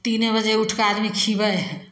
तीने बजे उठि कऽ आदमी खिबै हइ